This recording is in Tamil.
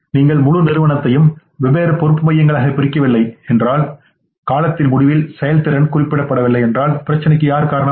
நீங்கள் முழு நிறுவனத்தையும் வெவ்வேறு பொறுப்பு மையங்களாகப் பிரிக்கவில்லைஎன்றால் காலத்தின் முடிவில் செயல்திறன் குறிக்கப்படவில்லை என்றால் "பிரச்சினைக்கு யார் காரணம்